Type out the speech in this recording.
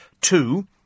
two